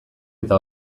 eta